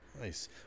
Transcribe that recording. Nice